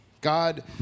God